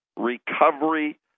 Recovery